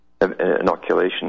inoculation